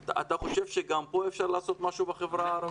אתה חושב שגם כאן אפשר לעשות משהו בחברה הערבית?